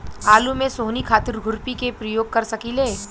आलू में सोहनी खातिर खुरपी के प्रयोग कर सकीले?